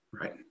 Right